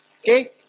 Okay